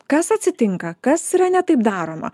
kas atsitinka kas yra ne taip daroma